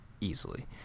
easily